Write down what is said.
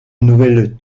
nouvelles